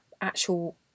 actual